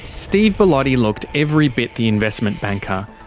steve bellotti looked every bit the investment banker,